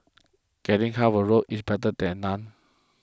getting half a loaf is better than none